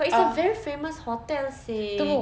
but it's a very famous hotel seh